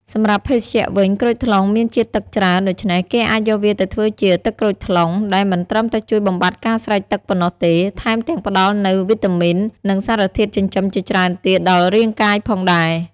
សម្រាប់ភេសជ្ជៈវិញ ក្រូចថ្លុងមានជាតិទឹកច្រើន ដូច្នេះគេអាចយកវាទៅធ្វើជា ទឹកក្រូចថ្លុង ដែលមិនត្រឹមតែជួយបំបាត់ការស្រេកទឹកប៉ុណ្ណោះទេ ថែមទាំងផ្តល់នូវវីតាមីន និងសារធាតុចិញ្ចឹមជាច្រើនទៀតដល់រាងកាយផងដែរ។